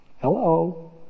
Hello